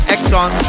Exxon